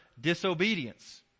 disobedience